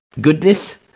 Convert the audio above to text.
goodness